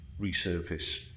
resurface